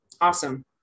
Awesome